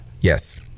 Yes